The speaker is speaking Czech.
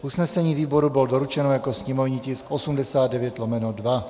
Usnesení výboru bylo doručeno jako sněmovní tisk 89/2.